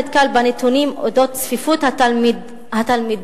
נתקל בנתונים על צפיפות התלמידים,